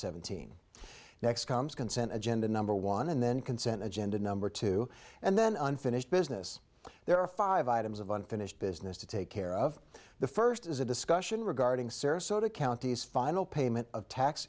seventeen next comes consent agenda number one and then consent agenda number two and then unfinished business there are five items of unfinished business to take care of the first is a discussion regarding sarasota counties final payment